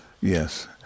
Yes